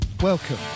Welcome